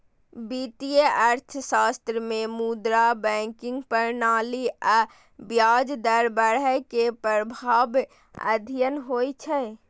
वित्तीय अर्थशास्त्र मे मुद्रा, बैंकिंग प्रणाली आ ब्याज दर बढ़ै के प्रभाव अध्ययन होइ छै